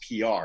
PR